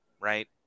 right